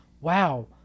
Wow